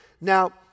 Now